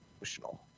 emotional